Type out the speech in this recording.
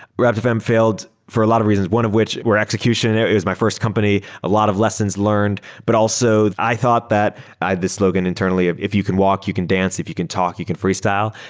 rap fm failed for a lot of reasons. one of which were execution. it it was my first company. a lot of lessons learned, but also i thought that this slogan internally of if you can walk, you can dance. if you can talk, you can freestyle.